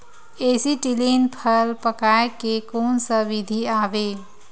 Acetylene फल पकाय के कोन सा विधि आवे?